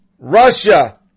Russia